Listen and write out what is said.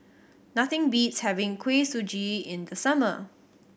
nothing beats having Kuih Suji in the summer